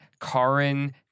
Karen